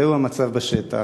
זה המצב בשטח.